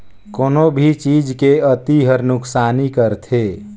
कोनो भी चीज के अती हर नुकसानी करथे